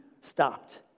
stopped